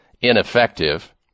ineffective